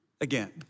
again